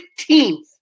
15th